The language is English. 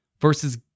versus